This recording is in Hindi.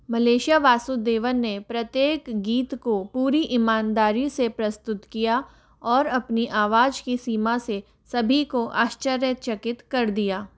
मलेशिया वासुदेवन ने प्रत्येक गीत को पूरी ईमानदारी से प्रस्तुत किया और अपनी आवाज की सीमा से सभी को आश्चर्यचकित कर दिया